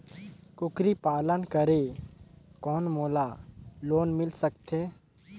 कूकरी पालन करे कौन मोला लोन मिल सकथे?